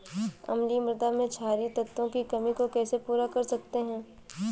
अम्लीय मृदा में क्षारीए तत्वों की कमी को कैसे पूरा कर सकते हैं?